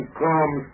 come